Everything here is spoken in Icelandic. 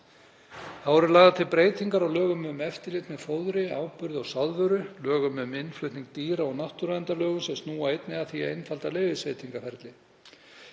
Þá eru lagðar til breytingar á lögum um eftirlit með fóðri, áburði og sáðvöru og lögum um innflutning dýra og náttúruverndarlögum sem snúa einnig að því að einfalda leyfisveitingaferli.